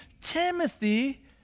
Timothy